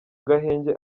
gahenge